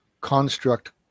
construct